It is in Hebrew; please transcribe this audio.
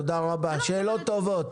תודה רבה, שאלות טובות.